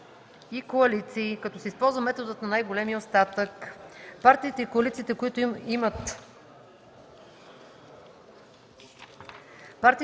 и коалиции, като се използва методът на най-големия остатък. (6) Партиите и коалициите, които имат